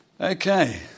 okay